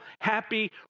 happy